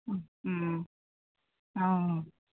অঁ অঁ